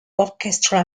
orchestra